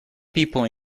people